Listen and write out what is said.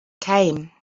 came